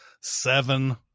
seven